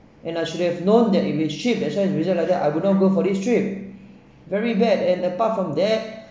I should have known that if it's cheap that why the reason like that I would not go for this trip very bad and apart from that